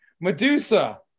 Medusa